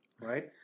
right